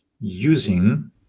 using